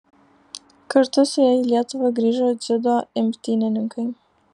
kartu su ja į lietuvą grįžo dziudo imtynininkai